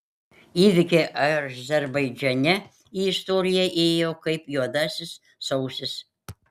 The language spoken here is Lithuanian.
įvykiai azerbaidžane į istoriją įėjo kaip juodasis sausis